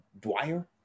Dwyer